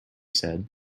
said